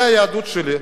זה היהדות שלי.